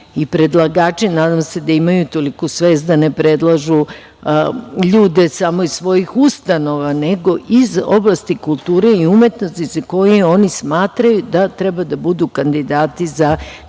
i predlagači, nadam se, da imaju toliku svest da ne predlažu ljude samo iz svojih ustanova, nego iz oblasti kulture i umetnosti za koje oni smatraju da treba da budu kandidati za članove